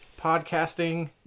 podcasting